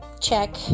check